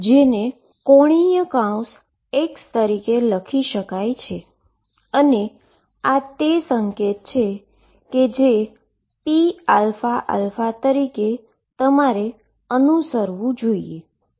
જેને ⟨x⟩ તરીકે લખી શકાય છે અને આ તે સંકેત છે જે pαα તરીકે તમારે અનુસરવું જોઈએ